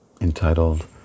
entitled